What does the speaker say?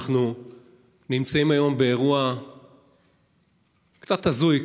אנחנו נמצאים היום באירוע קצת הזוי,